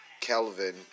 Kelvin